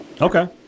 Okay